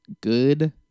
good